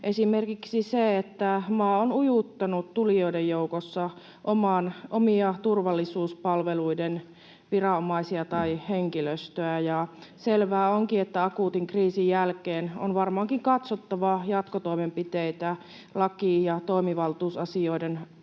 esimerkiksi se, että maa on ujuttanut tulijoiden joukossa omia turvallisuuspalveluiden viranomaisia tai henkilöstöä, ja selvää onkin, että akuutin kriisin jälkeen on varmaankin katsottava jatkotoimenpiteitä lakien ja toimivaltuusasioiden suhteen